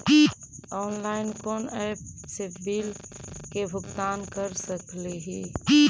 Online कोन app से bill के भुगतान कर सकली ही?